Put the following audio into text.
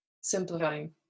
Simplifying